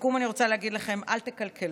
לסיכום אני רוצה להגיד לכם: אל תקלקלו.